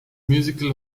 musical